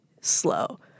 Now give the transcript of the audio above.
slow